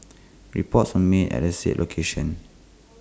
reports were made at the said location